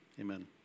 Amen